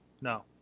no